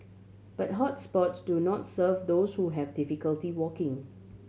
but hot spots do not serve those who have difficulty walking